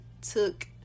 took